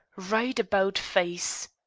right about face.